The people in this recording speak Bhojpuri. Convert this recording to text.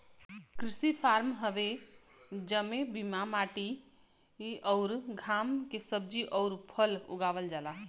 कृत्रिम फॉर्म हवे जेमे बिना माटी पानी अउरी घाम के सब्जी अउर फल उगावल जाला